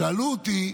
שאלו אותי: